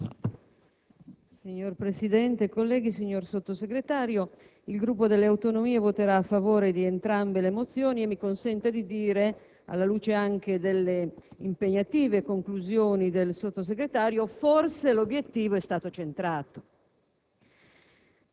Signor Presidente, onorevoli colleghi, signor Sottosegretario, il Gruppo per le Autonomie voterà a favore di entrambe le mozioni. Mi si consenta di dire, alla luce anche delle impegnative conclusioni del Sottosegretario, che forse l'obiettivo è stato centrato.